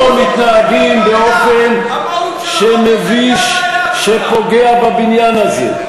לא מתנהגים באופן שמביש, שפוגע בבניין הזה.